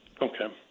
Okay